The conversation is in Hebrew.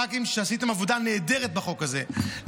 הח"כים שעשיתם עבודה נהדרת בחוק הזה,